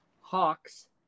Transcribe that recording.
hawks